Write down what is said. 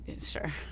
Sure